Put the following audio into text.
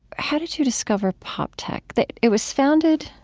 how did you discover poptech? that it was founded,